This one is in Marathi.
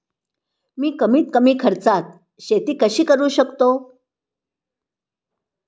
मी कमीत कमी खर्चात शेती कशी करू शकतो?